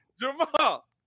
Jamal